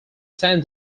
san